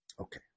Okay